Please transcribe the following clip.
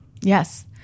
Yes